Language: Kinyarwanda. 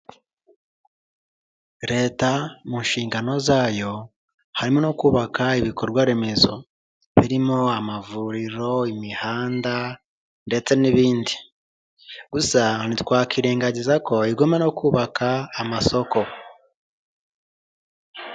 Leta mu nshingano zayo, harimo no kubaka ibikorwa remezo birimo amavuriro, imihanda, ndetse n'ibindi. Gusa ntitwakwirengagiza ko igomba no kubaka amasoko.